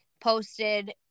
posted